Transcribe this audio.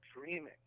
dreaming